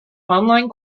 online